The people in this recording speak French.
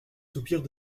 soupirs